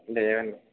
లేదండి